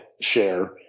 share